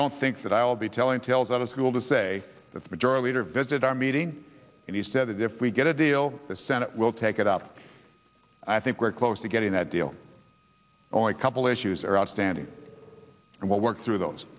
don't think that i'll be telling tales out of school to say that the majority leader visited our meeting and he said if we get a deal the senate will take it up i think we're close to getting a deal on a couple issues are outstanding and we'll work through those